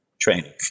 training